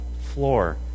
floor